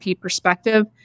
perspective